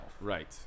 Right